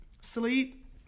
sleep